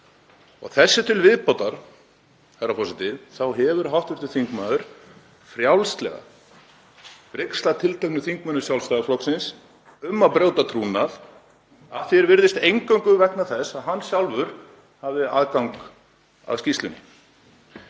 Þessu til viðbótar, herra forseti, þá hefur hv. þingmaður frjálslega brigslað tilteknum þingmönnum Sjálfstæðisflokksins um að brjóta trúnað, að því er virðist eingöngu vegna þess að hann sjálfur hafði aðgang að skýrslunni.